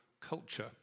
culture